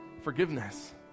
forgiveness